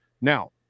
Now